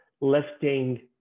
lifting